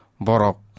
Borok